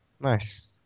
nice